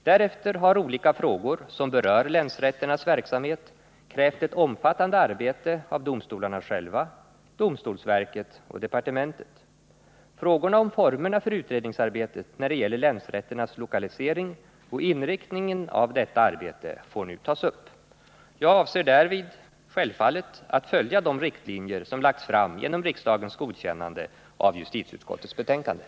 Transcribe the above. Därefter har olika frågor som berör länsrätternas verksamhet krävt ett omfattande arbete av domstolarna själva, domstolsverket och departementet. Frågorna om formerna för utredningsarbetet när det gäller länsrätternas lokalisering och inriktningen av detta arbete får nu tas upp. Jag avser därvid självfallet att följa de riktlinjer som lagts fast genom riksdagens godkännande av justitieutskottets förslag i betänkandet.